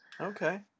Okay